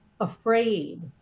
afraid